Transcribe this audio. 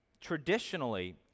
Traditionally